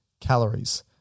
calories